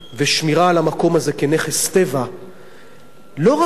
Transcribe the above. ושמירה על המקום הזה כנכס טבע לא רק